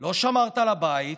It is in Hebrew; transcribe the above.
לא שמרת על הבית,